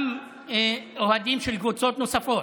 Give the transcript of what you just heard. גם אצל אוהדים של קבוצות נוספות.